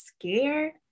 scared